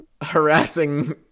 Harassing